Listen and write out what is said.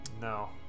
No